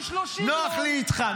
נוח לי איתך.